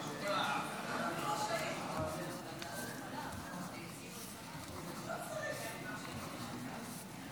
הנאצים ולנכי המלחמה בנאצים וביטול המרת תגמולים (תיקוני חקיקה),